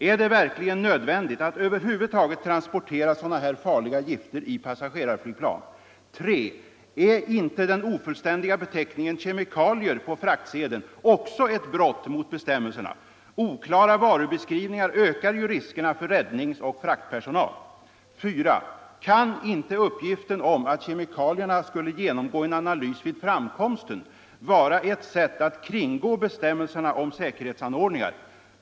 Är det verkligen nödvändigt att över huvud taget transportera sådana här farliga gifter i passagerarflygplan? 3. Är inte den ofullständiga beteckningen ”kemikalier” på fraktsedeln också ett brott mot bestämmelserna? Oklara varubeskrivningar ökar ju 4. Kan inte uppgiften om att kemikalierna skull genomgå en analys vid framkomsten vara ett sätt att kringgå bestämmelserna om säkerhetsanordningar?